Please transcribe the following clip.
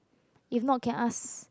if not can ask